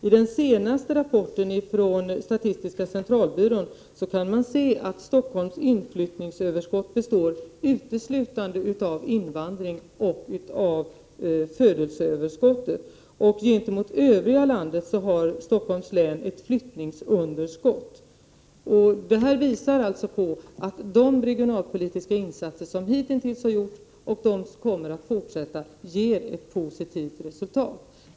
I den senaste rapporten från statistiska centralbyrån kan man se att Stockholms inflyttningsöverskott består uteslutande av invandring och av födelseöverskottet, och gentemot övriga landet har Stockholms län ett flyttningsunderskott. Det här visar på att de regionalpolitiska insatser som hitintills har gjorts och som kommer att fortsätta ger ett positivt resultat.